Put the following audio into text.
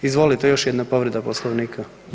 Izvolite, još jedna povreda Poslovnika.